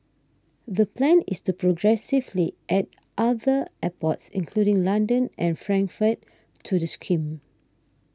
the plan is to progressively add other airports including London and Frankfurt to the scheme